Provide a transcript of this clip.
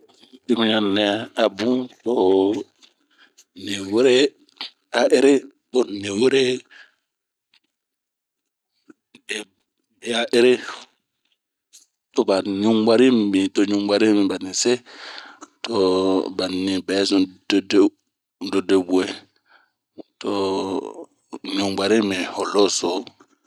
Dimiɲan nɛ a bunh mi wure to nii wuree a ere, to ba ba ɲubuari, to ɲubuari mibin, to ɲubuari miba nise. To b ni bɛɛ zun dedebue ,to ɲubuari mi ho lo so.